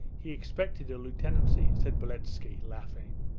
he expected a lieutenancy said beletski laughing.